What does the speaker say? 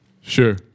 Sure